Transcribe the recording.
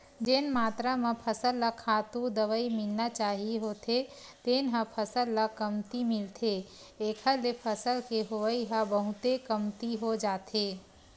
जेन मातरा म फसल ल खातू, दवई मिलना चाही होथे तेन ह फसल ल कमती मिलथे एखर ले फसल के होवई ह बहुते कमती हो जाथे